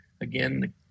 Again